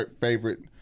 favorite